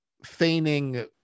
feigning